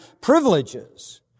privileges